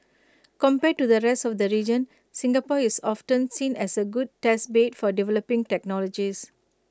compared to the rest of the region Singapore is often seen as A good test bed for developing technologies